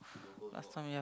last time yeah